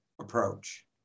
approach